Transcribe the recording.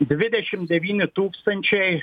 dvidešim devyni tūkstančiai